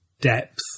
depth